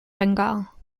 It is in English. bengal